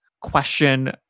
question